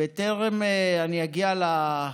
בטרם אני אגיע לזה,